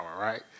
right